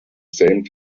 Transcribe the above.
same